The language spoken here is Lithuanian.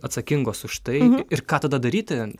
atsakingos už tai ir ką tada daryti